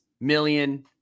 million